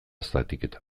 zatiketa